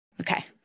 Okay